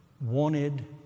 wanted